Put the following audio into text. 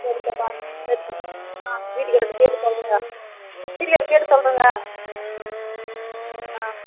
சரிக்கா பார்த்து சரிக்கா ஆ வீட்டுக்காரர்கிட்ட கேட்டு சொல்கிறேன்க்கா வீட்டுக்காரரை கேட்டு சொல்கிறேன்க்கா ஆ